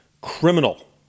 criminal